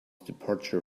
departure